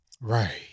Right